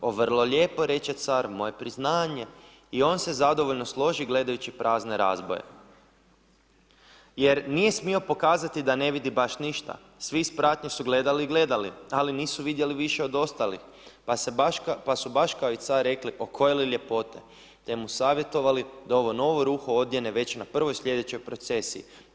O vrlo lijepo reče car, moje priznanje i on se zadovoljno složi gledajući prazne razboje jer nije smio pokazati da ne vidi baš ništa, svi iz pratnje su gledali i gledali, ali nisu vidjeli više od ostalih, pa su baš kao i car rekli, o koje li ljepote, te mu savjetovali da ovo novo ruho odjene već na prvoj slijedećoj procesiji.